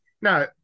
Now